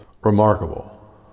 remarkable